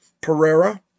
Pereira